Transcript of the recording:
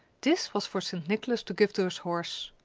this was for st. nicholas to give to his horse.